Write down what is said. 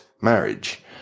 Marriage